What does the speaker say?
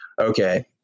okay